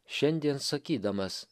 šiandien sakydamas